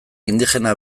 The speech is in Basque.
indigena